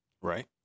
right